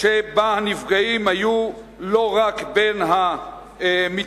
שבה הנפגעים היו לא רק בין המתפרעים.